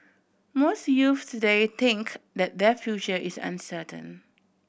most youths today think that their future is uncertain